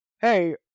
hey